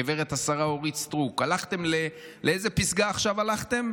גברת השרה אורית סטרוק, לאיזו פסגה הלכתם עכשיו?